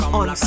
on